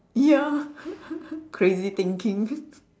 ya crazy thinking